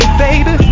baby